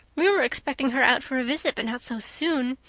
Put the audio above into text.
we were expecting her out for a visit, but not so soon.